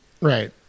Right